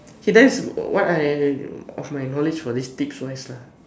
he does what I of my knowledge was his tips wise lah